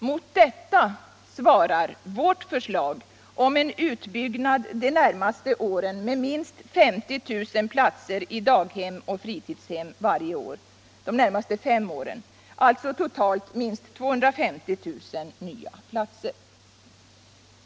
Mot detta svarar vårt förslag om en utbyggnad de närmaste fem åren med minst 50 000 platser i daghem och fritidshem varje år, alltså totalt minst 250 000 nya platser.